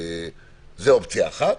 זו אופציה אחת